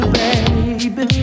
baby